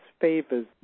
favors